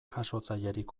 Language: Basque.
jasotzailerik